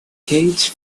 cage